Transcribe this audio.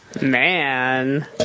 Man